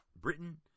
Britain